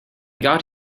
got